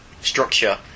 structure